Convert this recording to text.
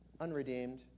unredeemed